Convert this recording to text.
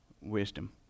wisdom